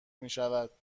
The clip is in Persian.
میشود